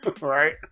Right